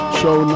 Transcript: show